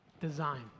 design